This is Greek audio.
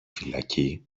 φυλακή